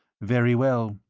very well.